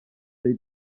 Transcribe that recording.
dei